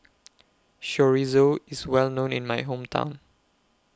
Chorizo IS Well known in My Hometown